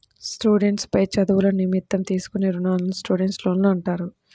students పై చదువుల నిమిత్తం తీసుకునే రుణాలను స్టూడెంట్స్ లోన్లు అంటారు